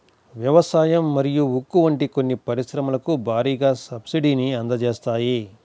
వ్యవసాయం మరియు ఉక్కు వంటి కొన్ని పరిశ్రమలకు భారీగా సబ్సిడీని అందజేస్తాయి